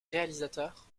réalisateur